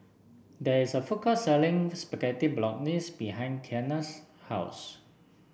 there is a food court selling Spaghetti Bolognese behind Kiana's house